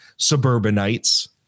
suburbanites